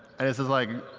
and this is like,